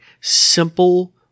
simple